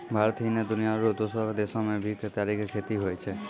भारत ही नै, दुनिया रो दोसरो देसो मॅ भी केतारी के खेती होय छै